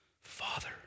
Father